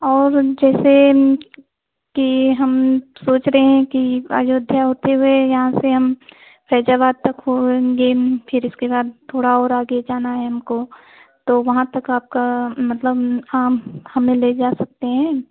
और हम जैसे कि हम सोच रहे हैं कि अयोध्या होते हुए यहाँ से हम फैजाबाद तक हो आएंगे फिर उसके बाद थोड़ा और आगे जाना है हमको तो वहाँ तक आपका मतलब हाँ हमें ले जा सकते हैं